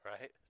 right